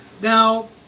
Now